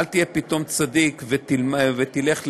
אל תהיה פתאום צדיק ותלך ללמוד.